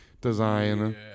design